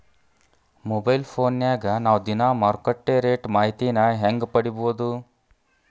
Mobile ಫೋನ್ಯಾಗ ನಾವ್ ದಿನಾ ಮಾರುಕಟ್ಟೆ ರೇಟ್ ಮಾಹಿತಿನ ಹೆಂಗ್ ಪಡಿಬೋದು?